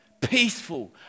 peaceful